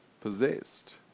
possessed